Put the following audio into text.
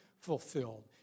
fulfilled